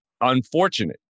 unfortunate